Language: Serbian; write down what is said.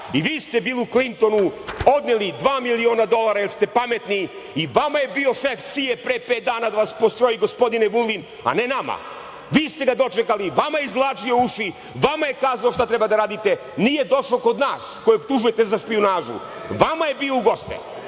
i vi ste Bilu Klintonu odneli dva miliona dolara, jer ste pametni i vama je bio šef CIA pre pet dana da vas postroji, gospodine Vulin, a ne nama. Vi ste ga dočekali, vama je izvlačio uši, vama je kazao šta treba da radite. Nije došao kod nas, koje optužujete za špijunažu. Vama je bio u goste.